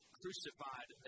crucified